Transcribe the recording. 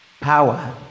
Power